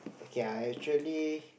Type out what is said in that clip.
okay I actually